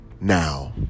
now